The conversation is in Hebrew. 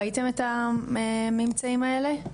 ראיתם את הממצאים האלה?